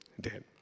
dead